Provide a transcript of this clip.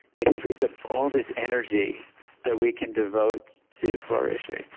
it frees up all this energy that we can devote to flourishing,